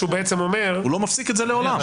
הוא לא מפסיק את זה לעולם.